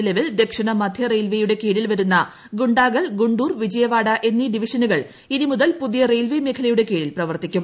നിലവിൽ ദക്ഷിണ മധ്യ റെയിൽവെയുടെ കീഴിൽ വരുന്ന ഗുണ്ടാകൽ ഗുണ്ടൂർ വിജയവാഡ എന്നീ ഡിവിഷനുകൾ ഇനി മുതൽ പുതിയ റെയിൽവേ മേഖലയുടെ കീഴിൽ പ്രവർത്തിക്കും